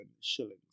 shillings